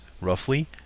roughly